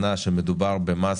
בוקר טוב לכולם.